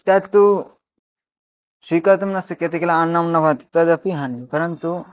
तत्तु स्वीकर्तुं न शक्यते किल अन्नं न भवति तदपि हानिः परन्तु